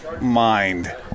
mind